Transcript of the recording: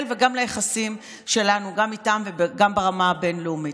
וגם ליחסים שלנו איתם וגם ברמה הבין-לאומית.